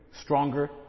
Stronger